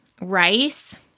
rice